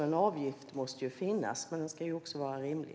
En avgift måste finnas, men den ska också vara rimlig.